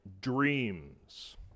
dreams